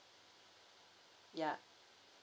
ya